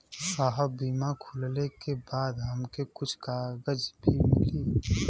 साहब बीमा खुलले के बाद हमके कुछ कागज भी मिली?